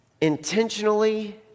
intentionally